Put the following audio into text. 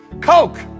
Coke